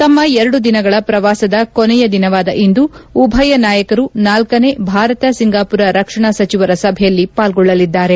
ತಮ್ಮ ಎರಡು ದಿನಗಳ ಪ್ರವಾಸದ ಕೊನೆಯ ದಿನವಾದ ಇಂದು ಉಭಯ ನಾಯಕರು ನಾಲ್ಲನೇ ಭಾರತ ಸಿಂಗಾಮರ ರಕ್ಷಣಾ ಸಚಿವರ ಸಭೆಯಲ್ಲಿ ಪಾಲ್ಗೊಳ್ಳಲಿದ್ದಾರೆ